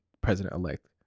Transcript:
President-elect